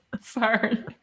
sorry